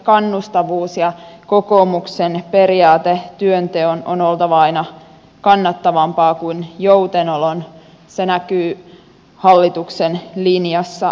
kannustavuus ja kokoomuksen periaate työnteon on oltava aina kannattavampaa kuin joutenolon näkyy hallituksen linjassa vahvasti